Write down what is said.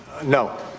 No